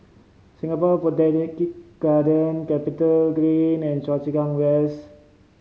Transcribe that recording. Singapore Botanic Garden CapitaGreen and Choa Chu Kang West